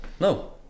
No